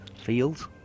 Fields